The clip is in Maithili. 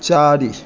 चारि